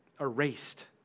erased